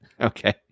Okay